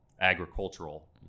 agricultural